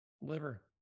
Liver